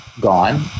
gone